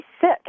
sick